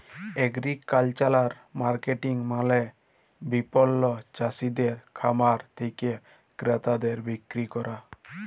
agricultural marketing মালে বিপণল চাসিদের খামার থেক্যে ক্রেতাদের বিক্রি ক্যরা